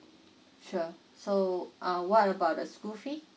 sure so uh what about the school fees